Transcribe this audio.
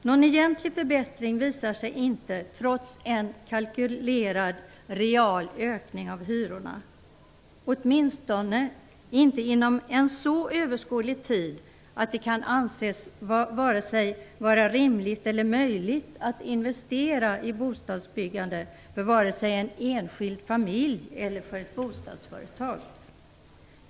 Någon egentlig förbättring visar sig inte, trots en kalkylerad real ökning av hyrorna - åtminstone inte inom en så överskådlig tid att det kan anses vara vare sig rimligt eller möjligt att investera i bostadsbyggande för en enskild familj eller för ett bostadsföretag.